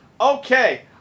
Okay